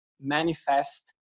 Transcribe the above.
manifest